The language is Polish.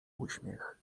uśmiech